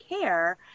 care